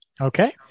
Okay